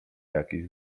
jakiś